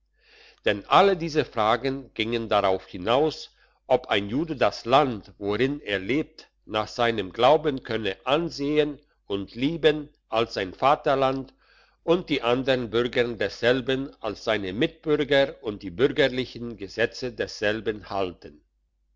denn alle diese fragen gingen darauf hinaus ob ein jude das land worin er lebt nach seinem glauben könne ansehen und liebem als sein vaterland und die andern bürger desselben als seine mitbürger und die bürgerlichen gesetze desselben halten